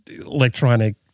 electronic